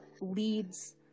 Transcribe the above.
leads